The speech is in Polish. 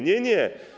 Nie, nie.